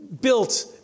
built